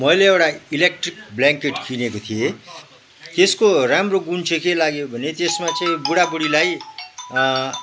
मैले एउटा electric blanket किनेको थिएँ त्यसको राम्रो गुण चाहिँ के लाग्यो भने त्यसमा चाहिँ बुढाबुढीलाई